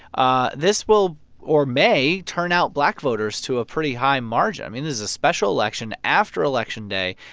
ah this will or may turn out black voters to a pretty high margin. i mean, this is a special election after election day,